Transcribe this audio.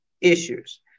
issues